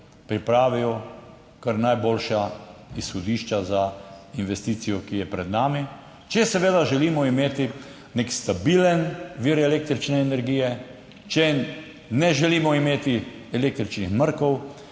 pripravijo kar najboljša izhodišča za investicijo, ki je pred nami, če seveda želimo imeti nek stabilen vir električne energije, če ne želimo imeti električnih mrkov